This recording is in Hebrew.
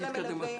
של המלווה,